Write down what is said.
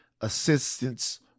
Assistance